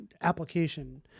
application